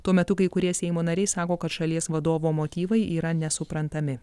tuo metu kai kurie seimo nariai sako kad šalies vadovo motyvai yra nesuprantami